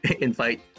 invite